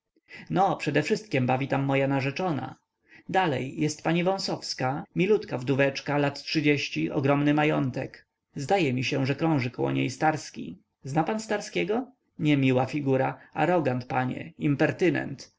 no przedewszystkiem bawi tam moja narzeczona dalej jest pani wąsowska milutka wdóweczka lat trzydzieści ogromny majątek zdaje mi się że krąży koło niej starski zna pan starskiego niemiła figura arogant panie impertynent